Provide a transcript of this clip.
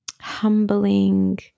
humbling